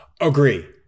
Agree